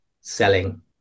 selling